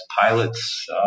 pilots